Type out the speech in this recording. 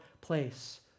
place